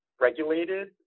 regulated